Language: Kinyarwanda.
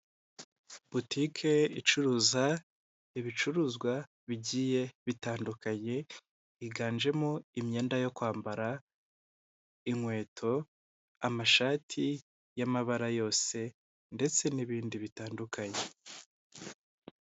Butike icuruza ibicuruzwa bigiye bitandukanye higanjemo imyenda yo kwambara, inkweto, amashati y'amabara yose ndetse n'ibindi bitandukanye.